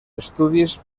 estudis